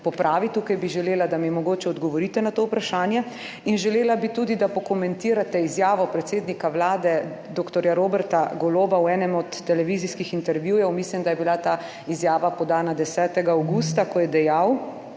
Tukaj bi želela, da mi mogoče odgovorite na to vprašanje. Želela bi tudi, da pokomentirate izjavo predsednika Vlade, doktorja Roberta Goloba, v enem od televizijskih intervjujev, mislim, da je bila ta izjava podana 10. avgusta, ko je dejal,